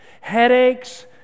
Headaches